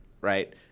right